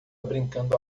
brincando